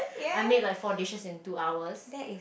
I made like four dishes in two hours